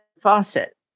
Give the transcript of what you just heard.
faucet